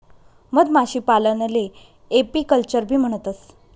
मधमाशीपालनले एपीकल्चरबी म्हणतंस